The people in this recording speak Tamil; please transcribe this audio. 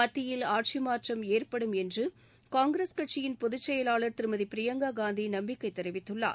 மத்தியில் ஆட்சி மாற்றம் ஏற்படும் என்று காங்கிரஸ் கட்சியின்பொதுச்செயலாளர் திருமதி பிரியங்கா காந்தி நம்பிக்கை தெரிவித்துள்ளார்